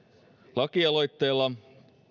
lakialoitteella